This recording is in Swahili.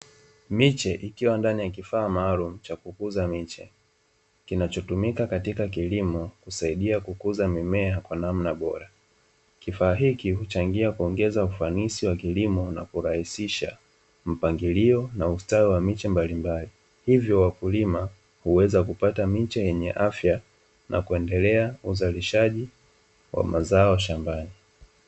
Miche, ikiwa ndani ya kifaa maru, cha kukuza miche. Kina chutumika katika kilimo, usaidia kukuza mimea kwa namna bora. Kifahiki, uchangia pongeza ufanisi wa kilimo na kuraisisha, mpangirio na ustawa miche mbalimbari. Hivyo wa kulima, uweza kupata miche enyeafya na kuenderea uzalishadi wa mazao shambani.